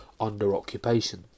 under-occupation